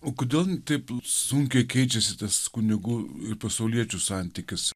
o kodėl taip sunkiai keičiasi tas kunigų pasauliečių santykius